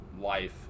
life